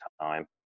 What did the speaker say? time